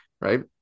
right